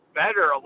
better